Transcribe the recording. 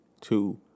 two